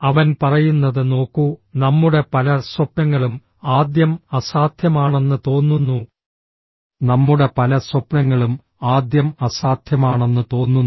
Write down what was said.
അവൻ പറയുന്നത് നോക്കൂ നമ്മുടെ പല സ്വപ്നങ്ങളും ആദ്യം അസാധ്യമാണെന്ന് തോന്നുന്നു നമ്മുടെ പല സ്വപ്നങ്ങളും ആദ്യം അസാധ്യമാണെന്ന് തോന്നുന്നു